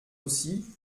aussi